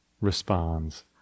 responds